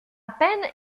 peine